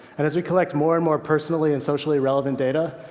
and as we collect more and more personally and socially relevant data,